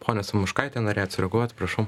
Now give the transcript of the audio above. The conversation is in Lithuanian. ponia samoškaite norėjot sureaguoti prašau